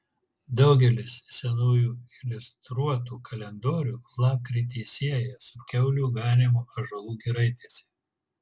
daugelis senųjų iliustruotų kalendorių lapkritį sieja su kiaulių ganymu ąžuolų giraitėse